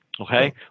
Okay